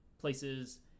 places